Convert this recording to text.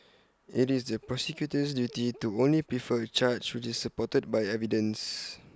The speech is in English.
IT is the prosecutor's duty to only prefer A charge which is supported by evidence